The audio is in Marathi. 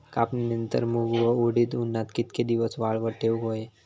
कापणीनंतर मूग व उडीद उन्हात कितके दिवस वाळवत ठेवूक व्हये?